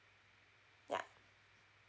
yeah